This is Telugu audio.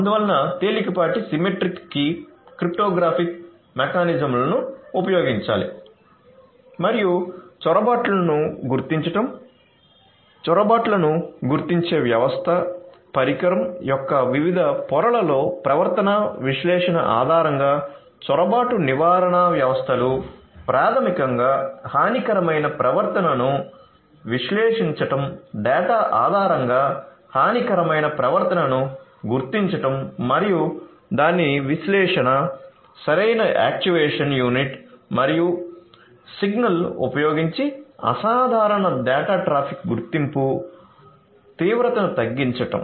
అందువల్ల తేలికపాటి సిమెట్రిక్ కీ క్రిప్టోగ్రాఫిక్ మెకానిజమ్లను ఉపయోగించాలి మరియు చొరబాట్లను గుర్తించడం చొరబాట్లను గుర్తించే వ్యవస్థ పరికరం యొక్క వివిధ పొరలలో ప్రవర్తనా విశ్లేషణ ఆధారంగా చొరబాటు నివారణ వ్యవస్థలు ప్రాథమికంగా హానికరమైన ప్రవర్తనను విశ్లేషించడం డేటా ఆధారంగా హానికరమైన ప్రవర్తనను గుర్తించడం మరియు దాని విశ్లేషణ సరైన యాక్చుయేషన్ యూనిట్ మరియు సిగ్నల్ ఉపయోగించి అసాధారణ డేటా ట్రాఫిక్ గుర్తింపు తీవ్రతను తగ్గించడం